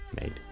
made